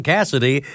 Cassidy